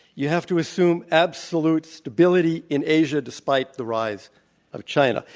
you have to assume absolute stability in asia despite the rise of china.